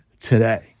today